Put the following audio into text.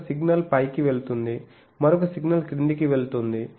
ఒక సిగ్నల్ పైకి వెళ్తుంది మరొక సిగ్నల్ క్రిందికి వెళ్తోంది